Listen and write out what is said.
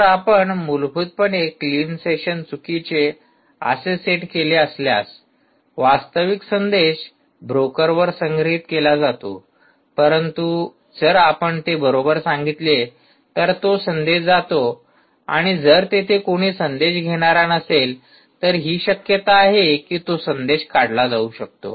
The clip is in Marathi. तर आपण मूलभूतपणे क्लीन सेशन चुकीचे असे सेट केले असल्यास वास्तविक संदेश ब्रोकरवर संग्रहित केला जातो परंतु जर आपण ते बरोबर सांगितले तर तो संदेश जातो आणि जर तेथे कोणी संदेश घेणारा नसेल तर हि शक्यता आहे कि तो संदेश काढला जाऊ शकतो